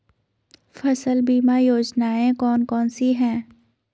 फसल बीमा योजनाएँ कौन कौनसी हैं?